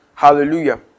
Hallelujah